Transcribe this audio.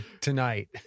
tonight